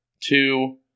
Two